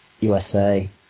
USA